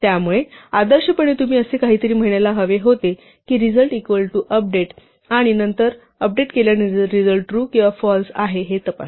त्यामुळे आदर्शपणे तुम्ही असे काहीतरी म्हणायला हवे होते की रिझल्ट इक्वल टू अपडेट आणि नंतर अपडेट केल्यानंतर रिझल्ट ट्रू किंवा फॉल्स आहे ते तपासा